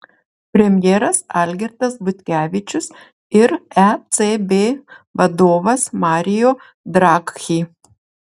premjeras algirdas butkevičius ir ecb vadovas mario draghi